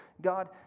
God